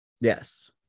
Yes